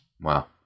Wow